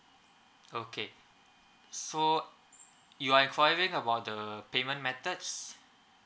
okay so you are enquiring about the payment methods